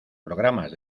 programas